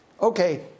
Okay